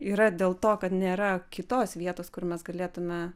yra dėl to kad nėra kitos vietos kur mes galėtume